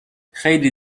خیلی